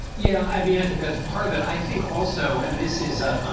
yeah, i mean, i think that's part of it. i think also and this is um